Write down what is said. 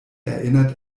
erinnert